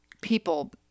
people